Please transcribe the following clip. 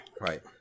Right